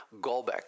Golbeck